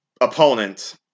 Opponent